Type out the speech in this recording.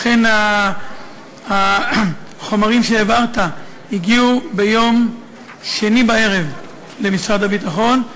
אכן החומרים שהעברת הגיעו ביום שני בערב למשרד הביטחון.